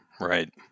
Right